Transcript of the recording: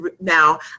now